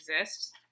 exists